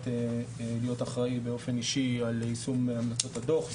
להיות אחראי באופן אישי על יישום המלצות הדוח,